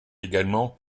également